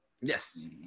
Yes